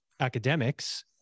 academics